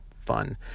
fun